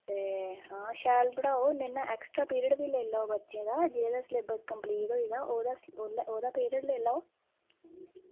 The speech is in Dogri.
आं शैल पढ़ाओ ते एक्स्ट्रा पीरियड बी लेई लैओ बच्चें दा जेह्दा सिलेब्स कम्पलीट होई जा ओह्दा पीरियड लेई लैओ